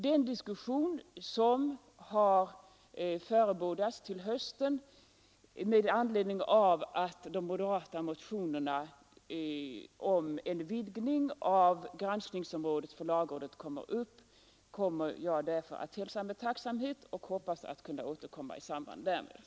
Den diskussion som förebådats till hösten med anledning av de moderata motionerna om en vidgning av granskningsområdet för lagrådet hälsar jag därför med tillfredsställelse och hoppas kunna återkomma i denna.